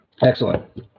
Excellent